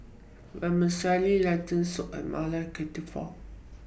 Vermicelli Lentil Soup and Maili Kofta